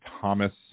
Thomas